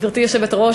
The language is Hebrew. גברתי היושבת-ראש,